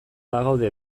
bagaude